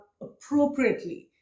appropriately